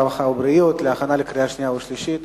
הרווחה והבריאות להכנה לקריאה שנייה ושלישית.